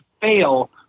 fail